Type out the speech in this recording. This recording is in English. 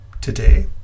today